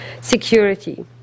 security